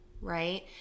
right